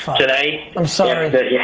today. i'm sorry. yeah,